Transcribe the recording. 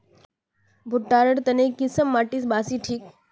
भुट्टा र तने की किसम माटी बासी ठिक?